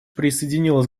присоединилась